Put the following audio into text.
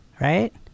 Right